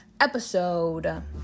episode